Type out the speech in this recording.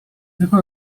tylko